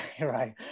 right